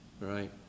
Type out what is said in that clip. Right